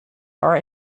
are